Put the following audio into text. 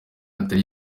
atari